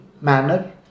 manner